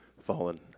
fallen